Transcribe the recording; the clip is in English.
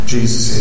Jesus